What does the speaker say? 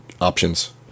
options